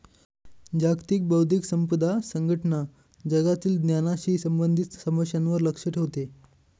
जागतिक बौद्धिक संपदा संघटना जगातील ज्ञानाशी संबंधित समस्यांवर लक्ष ठेवते